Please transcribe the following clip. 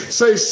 say